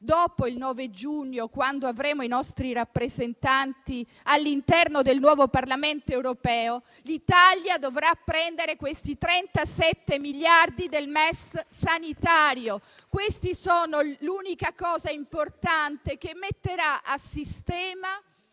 dopo il 9 giugno, quando avremo i nostri rappresentanti all'interno del nuovo Parlamento europeo. L'Italia dovrà prendere questi 37 miliardi del MES sanitario. Questi sono l'unica cosa importante, che riordinerà